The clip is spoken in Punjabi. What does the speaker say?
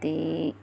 ਅਤੇ